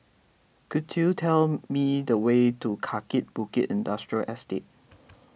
could you tell me the way to Kaki Bukit Industrial Estate